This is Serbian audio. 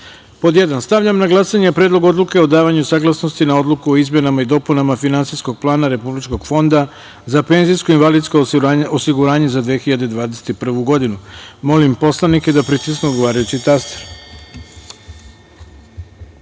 godinu.1. Stavljam na glasanje Predlog odluke o davanju saglasnosti na Odluku o izmenama i dopunama Finansijskog plana Republičkog fonda za penzijsko i invalidsko osiguranje za 2021. godinu. Molim narodne poslanike da pritisnu odgovarajući